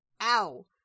ow